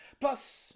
Plus